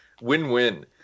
win-win